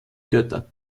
götter